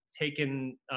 taken